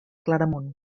claramunt